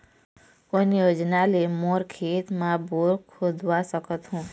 कोन योजना ले मोर खेत मा बोर खुदवा सकथों?